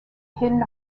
hidden